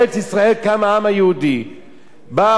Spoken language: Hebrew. בה עוצבה דמותו הרוחנית, הדתית והמדינית,